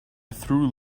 through